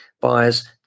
buyers